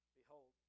behold